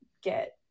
get